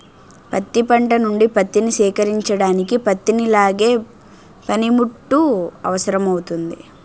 పత్తి పంట నుండి పత్తిని సేకరించడానికి పత్తిని లాగే పనిముట్టు అవసరమౌతుంది